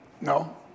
No